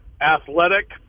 athletic